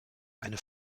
eine